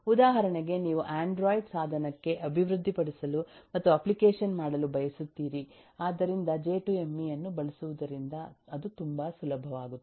ಉದಾಹರಣೆಗೆನೀವು Android ಸಾಧನಕ್ಕೆ ಅಭಿವೃದ್ಧಿಪಡಿಸಲು ಮತ್ತು ಅಪ್ಲಿಕೇಶನ್ ಮಾಡಲು ಬಯಸುತ್ತೀರಿ ಆದ್ದರಿಂದ ಜೆ2ಎಮ್ಇ ಅನ್ನು ಬಳಸುವುದರಿಂದ ಅದು ತುಂಬಾ ಸುಲಭವಾಗುತ್ತದೆ